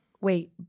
Wait